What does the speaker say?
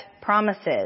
promises